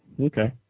okay